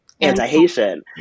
anti-Haitian